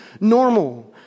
normal